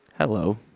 Hello